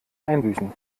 einbüßen